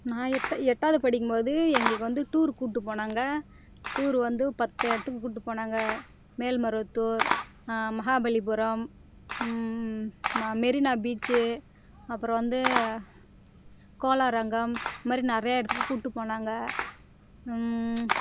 நான் எட்டு எட்டாவது படிக்கும்போது எங்களுக்கு வந்து டூருக்கு கூட்டு போனாங்க டூரு வந்து பத்து இடத்துக்கு கூட்டு போனாங்க மேல்மருவத்தூர் மஹாபலிபுரம் ம மெரினா பீச்சு அப்புறோம் வந்து கோளாரங்கம் இந்தமாரி நிறையா இடத்துக்கு கூட்டு போனாங்க